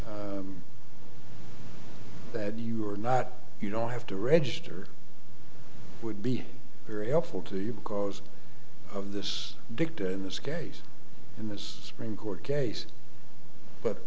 that you're not you don't have to register would be very helpful to you because of this dictator in this case in this same court case but